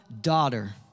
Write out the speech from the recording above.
Daughter